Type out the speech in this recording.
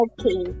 Okay